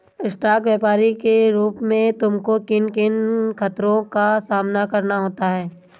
Stock व्यापरी के रूप में तुमको किन किन खतरों का सामना करना होता है?